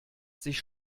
sich